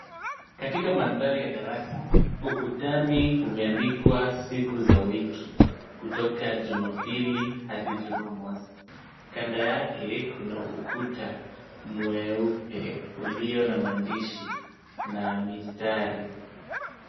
Katika mandhari ya darasa, ukutani umeandikwa siku za wiki kutoka Jumapili hadi Jumamosi. Kando yake kuna ukuta mweupe ulio na maandishi na mistari.